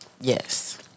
Yes